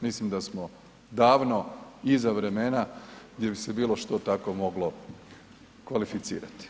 Mislim da smo davno iza vremena gdje bi se bilo što takvo moglo kvalificirati.